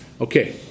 Okay